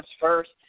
first